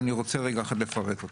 אני רוצה לפרט אותה,